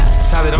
Solid